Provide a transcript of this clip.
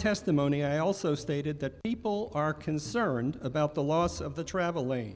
testimony i also stated that people are concerned about the loss of the travel lane